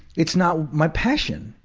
it's not my passion.